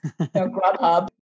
Grubhub